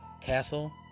Castle